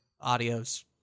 Audio's